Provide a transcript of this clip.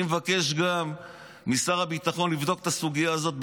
אני מבקש גם משר הביטחון לבדוק את הסוגיה הזאת,